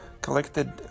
collected